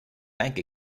bank